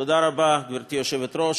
תודה רבה, גברתי היושבת-ראש.